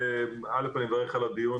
אני מברך על הדיון,